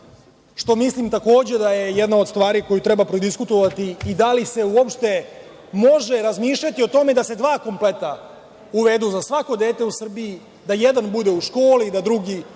što mislim da je takođe jedna od stvari koju treba prodiskutovati i da li se uopšte može razmišljati o tome da se dva kompleta uvedu za svako dete u Srbiji, da jedan bude u školi, da drugi